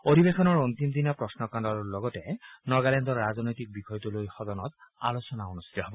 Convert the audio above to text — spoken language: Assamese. অধিৱেশনৰ অন্তিম দিনা প্ৰশ্নকালৰ লগতে নগালেণ্ড ৰাজনৈতিক বিষয়টোলৈ সদনত আলোচনা অনুষ্ঠিত হব